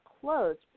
closed